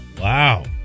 Wow